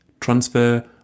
transfer